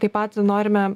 taip pat norime